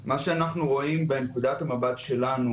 מה שאנחנו רואים מנקודת המבט שלנו,